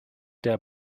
der